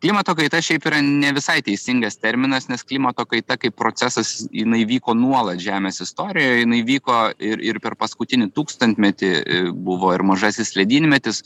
klimato kaita šiaip yra ne visai teisingas terminas nes klimato kaita kaip procesas jinai vyko nuolat žemės istorijoj jinai vyko ir ir per paskutinį tūkstantmetį buvo ir mažasis ledynmetis